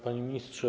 Panie Ministrze!